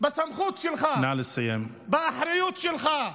בסמכות שלך, באחריות שלך,